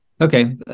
Okay